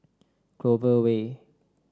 Clover Way